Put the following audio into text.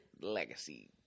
legacy